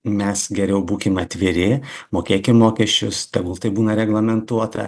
mes geriau būkim atviri mokėkim mokesčius tegul tai būna reglamentuota